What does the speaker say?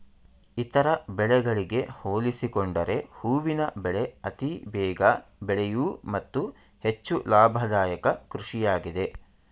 ಇತರ ಬೆಳೆಗಳಿಗೆ ಹೋಲಿಸಿಕೊಂಡರೆ ಹೂವಿನ ಬೆಳೆ ಅತಿ ಬೇಗ ಬೆಳೆಯೂ ಮತ್ತು ಹೆಚ್ಚು ಲಾಭದಾಯಕ ಕೃಷಿಯಾಗಿದೆ